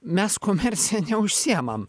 mes komercija neužsiimam